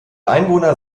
einwohner